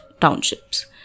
townships